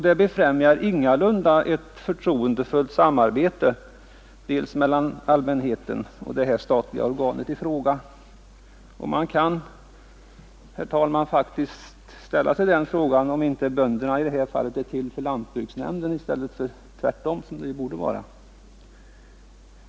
Det befrämjar heller inte ett förtroendefullt samarbete mellan allmänheten och det statliga organ som det här gäller. Man kan faktiskt ställa sig frågan om bönderna är till för lantbruksnämnden i stället för tvärtom, som borde vara fallet.